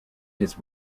his